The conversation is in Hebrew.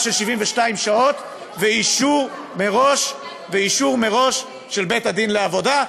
של 72 שעות ואישור מראש של בית-הדין לעבודה,